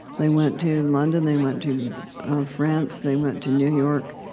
they went to london, they went to france, they went to new york,